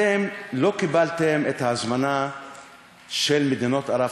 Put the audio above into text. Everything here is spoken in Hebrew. אתם לא קיבלתם את ההזמנה של מדינות ערב,